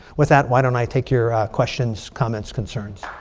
with that, why don't i take your questions, comments, concerns.